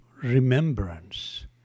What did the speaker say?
remembrance